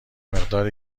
مقدار